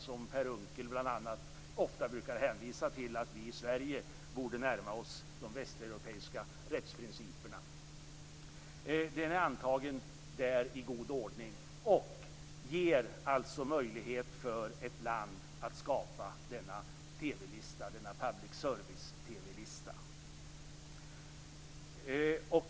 Bl.a. Per Unckel brukar ofta hänvisa till att vi i Sverige borde närma oss de västeuropeiska rättsprinciperna. Den är antagen i god ordning och ger möjlighet för ett land att skapa denna TV-lista, denna public service-TV-lista.